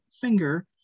finger